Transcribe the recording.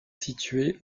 situé